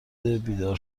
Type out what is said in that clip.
بیدار